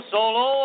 Solo